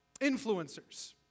influencers